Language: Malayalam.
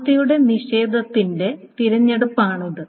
അവസ്ഥയുടെ നിഷേധത്തിന്റെ തിരഞ്ഞെടുപ്പാണ് ഇത്